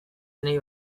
nahi